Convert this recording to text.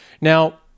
Now